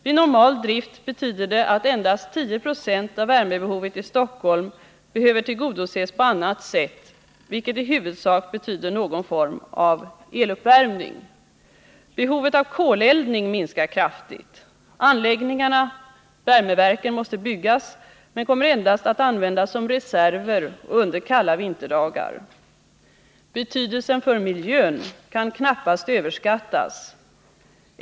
Vid normal drift betyder det att endast 10 26 av värmebehovet i Stockholm behöver tillgodoses på annat sätt, vilket i huvudsak betyder någon form av eluppvärmning. Behovet av koleldning minskar kraftigt. Anläggningarna — värmeverken — måste byggas, men kommer endast att användas som reserver och under kalla vinterdagar. Betydelsen för miljön kan knappast överskattas.